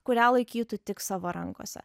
kurią laikytų tik savo rankose